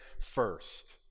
first